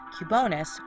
Cubonis